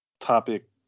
topic